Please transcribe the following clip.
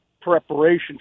preparation